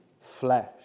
flesh